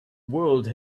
world